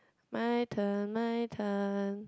my turn my turn